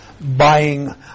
buying